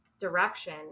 direction